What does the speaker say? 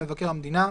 (4)מבקר המדינה,